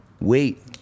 Wait